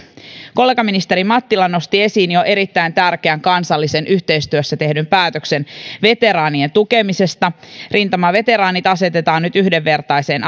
kollegaministeri mattila nosti jo esiin erittäin tärkeän kansallisen yhteistyössä tehdyn päätöksen veteraanien tukemisesta rintamaveteraanit asetetaan nyt yhdenvertaiseen